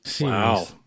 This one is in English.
Wow